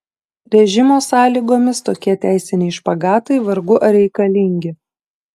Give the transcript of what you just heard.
režimo sąlygomis tokie teisiniai špagatai vargu ar reikalingi